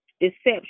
deception